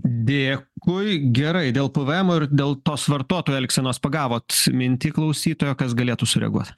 dėkui gerai dėl pvmo ir dėl tos vartotojo elgsenos pagavot mintį klausytojo kas galėtų sureaguot